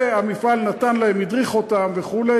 המפעל נתן להם, הדריך אותם וכו'.